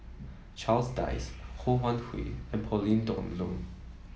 Charles Dyce Ho Wan Hui and Pauline Dawn Loh